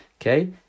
okay